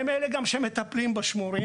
הם אלה שגם מטפלים בשומרים.